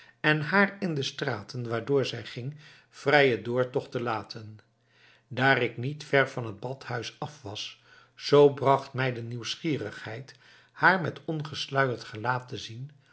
en haar in de straten waardoor zij ging vrijen doortocht te laten daar ik niet ver van het badhuis af was zoo bracht mij de nieuwsgierigheid haar met ontsluierd gelaat te zien